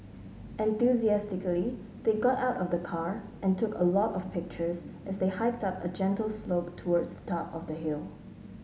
enthusiastically they got out of the car and took a lot of pictures as they hiked up a gentle slope towards the top of the hill